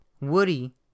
Woody